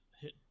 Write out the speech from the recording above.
hit